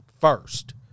first